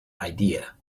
idea